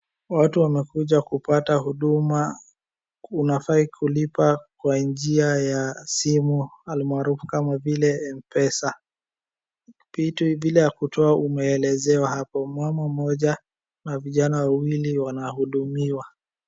Watu wamekuja kupata huduma. Unafaa kulipa kwa njia ya simu almaarufu kama vile mpesa. Upitwi bila ya kutoa umeelezewa hapo. Mama mmoja na vijana wawili wanahudumiwa.